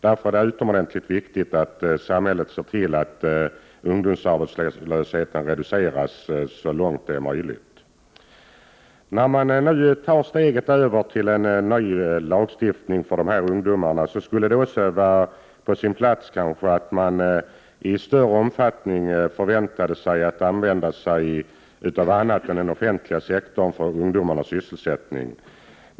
Därför är det utomordentligt viktigt att 89 samhället ser till att ungdomsarbetslösheten reduceras så långt det är möjligt. När man nu tar steget över till en ny lagstiftning för dessa ungdomar, skulle det vara på sin plats att i större omfattning använda sig av annat än den offentliga sektorn för ungdomarnas sysselsättning.